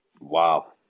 Wow